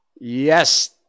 Yes